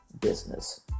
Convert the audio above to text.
business